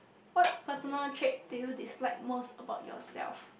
what personal trait do you dislike most about yourself